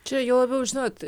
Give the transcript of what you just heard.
čia juo labiau žinot